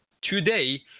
today